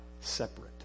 separate